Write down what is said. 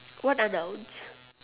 what are nouns